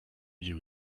you